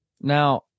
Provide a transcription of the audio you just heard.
now